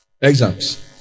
Exams